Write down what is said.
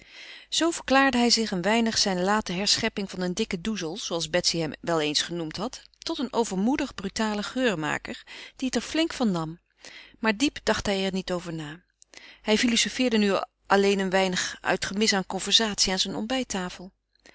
zoo verklaarde hij zich een weinig zijn late herschepping van een dikken doezel zooals betsy hem wel eens genoemd had tot een overmoedig brutalen geurmaker die het er flink van nam maar diep dacht hij er niet over na hij filozofeerde nu alleen een weinig uit gemis aan conversatie aan zijn ontbijttafel